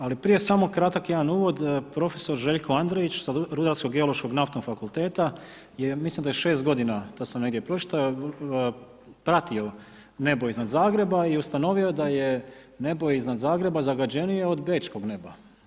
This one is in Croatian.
Ali prije kratak jedan samo uvod, profesor Željko Andrejić sa Rudarsko-geološkog naftnog fakulteta je, mislim da 6 godina, to sam negdje pročitao, pratio nebo iznad Zagreba i ustanovim da je nego iznad Zagreba zagađenije od Bečkog neba.